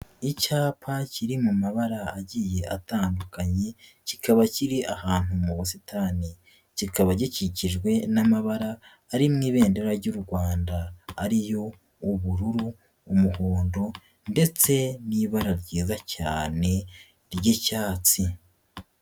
Icyapa kiri mu mabara agiye atandukanye kikaba kiri ahantu mu busitani kikaba gikikijwe n'amabara ari mu ibendera ry'u Rwanda ari yo ubururu, umuhondo ndetse n'ibara ryiza cyane ry'icyatsi.